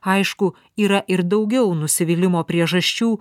aišku yra ir daugiau nusivylimo priežasčių